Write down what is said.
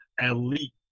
elite